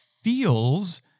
feels